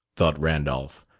thought randolph,